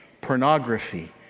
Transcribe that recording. Pornography